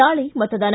ನಾಳೆ ಮತದಾನ